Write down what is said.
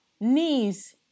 knees